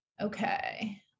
Okay